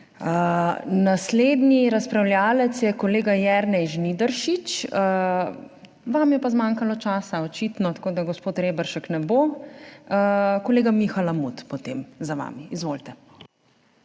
Naslednji razpravljavec je kolega Jernej Žnidaršič. Vam je pa zmanjkalo časa, očitno, tako gospod Reberšek ne bo. Kolega Miha Lamut potem za njim. Izvolite.